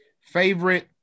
Favorite